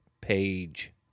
page